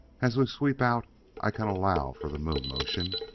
as we sweep out i can allow for the moon-motion,